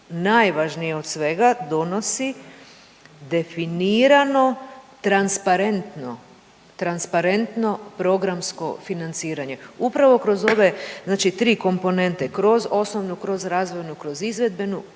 Najvažnije od svega donosi definirano transparentno, transparentno programsko financiranje. Upravo kroz ove znači tri komponente, kroz osnovnu, kroz razvojnu, kroz izvedbenu,